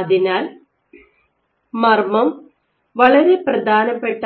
അതിനാൽ മർമ്മം വളരെ പ്രധാനപ്പെട്ട